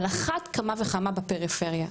על אחת כמה וכמה בפריפריה.